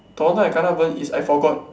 got one time I kena burn is I forgot